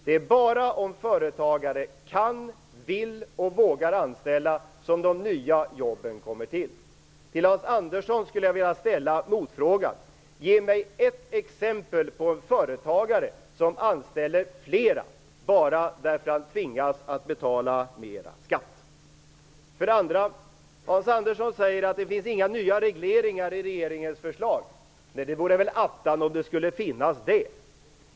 Det är bara om företagare kan, vill och vågar anställa som de nya jobben kommer till. Till Hans Andersson skulle jag vilja ställa motfrågan: Ge mig ett exempel på en företagare som anställer flera bara för att han tvingas betala mera skatt! För det andra säger Hans Andersson att det inte finns några nya regleringar i regeringens förslag. Nej, det vore väl attan om det skulle finnas det.